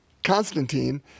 Constantine